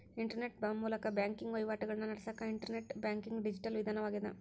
internet ಮೂಲಕ banking ವಹಿವಾಟಿಗಳನ್ನ ನಡಸಕ ಇಂಟರ್ನೆಟ್ ಬ್ಯಾಂಕಿಂಗ್ ಡಿಜಿಟಲ್ ವಿಧಾನವಾಗ್ಯದ